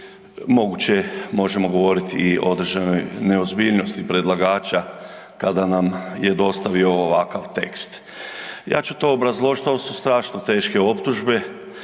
moguće možemo govoriti i određenoj neozbiljnosti predlagača kada nam je dostavio ovakav tekst. Ja ću to obrazložiti, ovo su strašno teške optužbe,